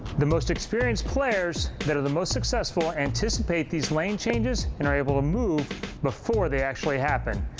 the most experienced players, that are the most successful, anticipate these lane changes and are able to move before they actually happen.